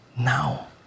Now